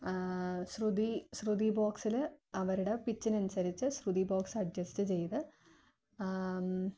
ശ്രുതി ശ്രുതി ബോക്സില് അവരുടെ പിച്ചിനനുസരിച്ച് ശ്രുതി ബോക്സ് അഡ്ജസ്റ്റ് ചെയ്ത്